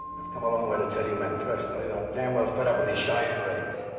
i've come a long way to tell you men personally. that i'm damn well fed up with these cheyenne raids.